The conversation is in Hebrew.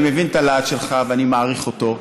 אני מבין את הלהט שלך ואני מעריך אותו.